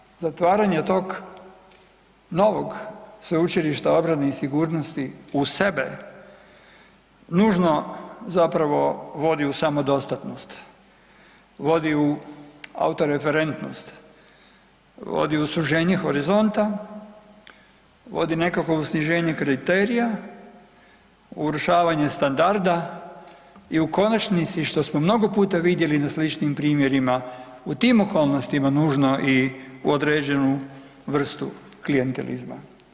Naprotiv, zatvaranje, zatvaranje tog novog Sveučilišta obrane i sigurnosti u sebe nužno zapravo vodi u samodostatnost, vodi u autoreferentnost, vodi u suženje horizonta, vodi nekako u sniženje kriterija, urušavanje standarda i u konačnici što smo mnogo puta vidjeli na sličnim primjerima, u tim okolnostima nužno i u određenu vrstu klijantelizma.